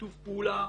בשיתוף פעולה